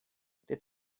dat